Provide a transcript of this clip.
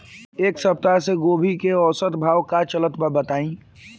एक सप्ताह से गोभी के औसत भाव का चलत बा बताई?